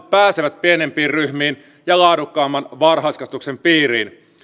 pääsevät pienempiin ryhmiin ja laadukkaamman varhaiskasvatuksen piiriin